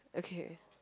okay